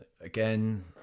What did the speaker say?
Again